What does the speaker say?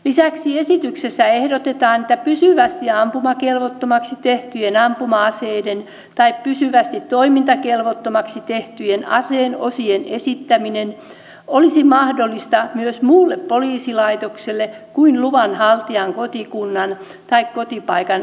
lisäksi esityksessä ehdotetaan että pysyvästi ampumakelvottomaksi tehtyjen ampuma aseiden tai pysyvästi toimintakelvottomaksi tehtyjen aseen osien esittäminen olisi mahdollista myös muulle poliisilaitokselle kuin luvan haltijan kotikunnan tai kotipaikan poliisilaitokselle